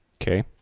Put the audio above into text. okay